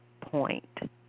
point